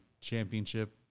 championship